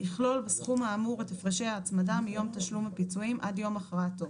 יכלול בסכום האמור את הפרשי ההצמדה מיום תשלום הפיצויים עד יום הכרעתו.